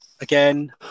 again